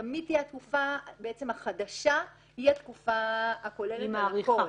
תמיד התקופה החדשה היא התקופה הכוללת את הכול,